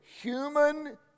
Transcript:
human